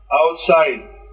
outside